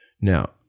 now